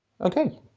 Okay